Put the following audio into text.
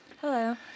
Hello